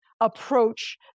approach